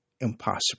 impossible